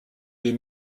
des